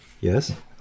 Yes